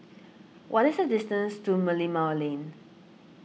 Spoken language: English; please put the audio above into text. what is the distance to Merlimau Lane